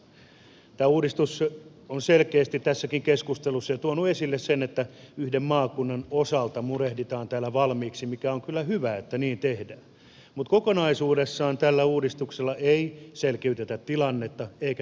tämäkin keskustelu tästä uudistuksesta on selkeästi jo tuonut esille sen että yhden maakunnan osalta murehditaan täällä valmiiksi mikä on kyllä hyvä että niin tehdään mutta kokonaisuudessaan tällä uudistuksella ei selkiytetä tilannetta eikä demokratiaa lisätä